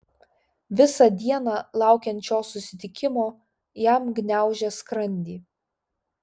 visą dieną laukiant šio susitikimo jam gniaužė skrandį